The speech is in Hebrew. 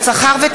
למזכירת